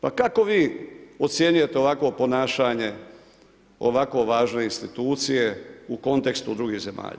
Pa kako vi ocjenjujete ovakvo ponašanje ovako važne institucije u kontekstu drugih zemalja?